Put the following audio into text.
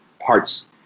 parts